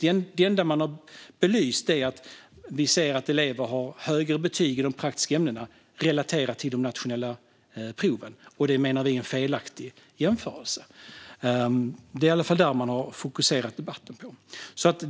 Det enda man har belyst är att vi ser att elever har högre betyg i de praktiska ämnena relaterat till de nationella proven, och det menar vi är en felaktig jämförelse. Det är i alla fall detta man har fokuserat debatten på.